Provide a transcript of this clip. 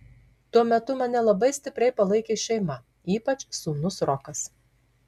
tuo metu mane labai stipriai palaikė šeima ypač sūnus rokas